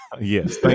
yes